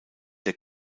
der